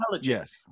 Yes